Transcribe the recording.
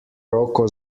roko